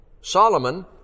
Solomon